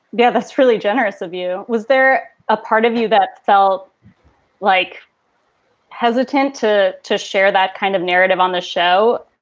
yeah, that's really generous of you. was there a part of you that felt like hesitant to to share that kind of narrative on this show?